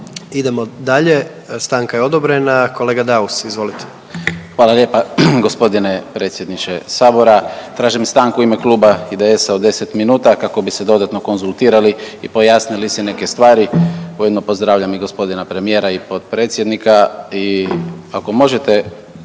Idemo dalje stanka je odobrena. Kolega Daus, izvolite. **Daus, Emil (IDS)** Hvala lijepa. Gospodine predsjedniče Sabora. Tražim stanku u ime kluba IDS-a od deset minuta kako bi se dodatno konzultirali i pojasnili si neke stvari. Ujedno pozdravljam i g. premijera i potpredsjednika